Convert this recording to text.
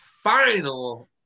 Final